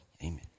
amen